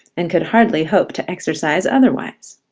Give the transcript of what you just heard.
and could hardly hope to exercise otherwise.